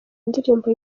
ndirimbo